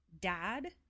Dad